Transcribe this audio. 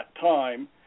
time